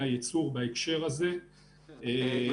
2017 הוא היה גבוה ב-32%.